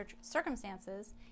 circumstances